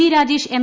V Rajesh M